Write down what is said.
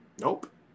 Nope